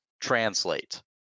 translate